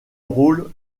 rôle